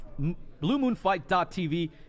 bluemoonfight.tv